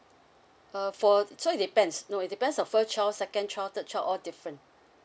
uh for so it depends no it depends of first child second child third child all different